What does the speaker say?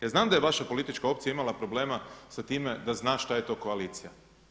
Ja znam da je vaša politička opcija imala problema sa time da zna šta je to koalicija.